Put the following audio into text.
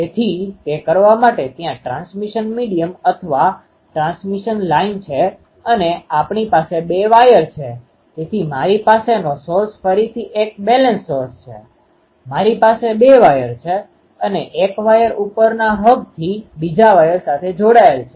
તેથી તે કરવા માટે ત્યાં ટ્રાન્સમિશનtransmissionપ્રસારણ મીડીયમmediumમાધ્યમ અથવા ટ્રાન્સમિશન લાઇન છે અને આપણી પાસે બે વાયર છે તેથી મારી પાસેનો સોર્સ ફરીથી એક બેલેન્સ્ડ સોર્સ છે મારી પાસે બે વાયર છે અને એક વાયર ઉપરના હબથી બીજા વાયર સાથે જોડાયેલ છે